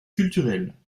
culturel